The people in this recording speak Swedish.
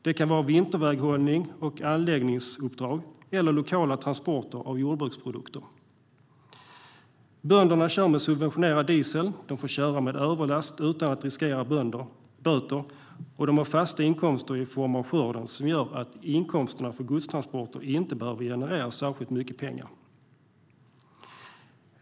Det kan vara vinterväghållning och anläggningsuppdrag eller lokala transporter av jordbruksprodukter. Bönderna kör med subventionerad diesel, de får köra med överlast utan att riskera böter och de har fasta inkomster i form av skörden som gör att inkomsterna för godstransporter inte behöver generera särskilt mycket pengar.